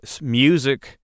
music